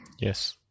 Yes